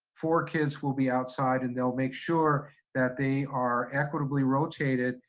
four kids will be outside and they'll make sure that they are equitably rotated.